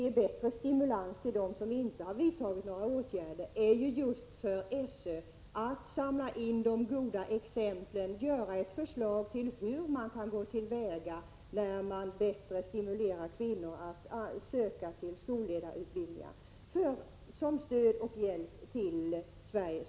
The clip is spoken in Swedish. Ett sätt för SÖ att uppmuntra dem som inte vidtagit några åtgärder är att samla in de goda exemplen och utarbeta ett förslag, som stöd och hjälp till Sveriges kommuner, om hur man kan gå till väga när man bättre stimulerar kvinnor att söka till skolledarutbildningar.